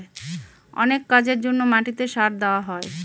অনেক কাজের জন্য মাটিতে সার দেওয়া হয়